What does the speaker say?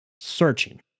searching